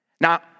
Now